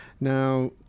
Now